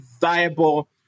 viable